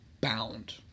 bound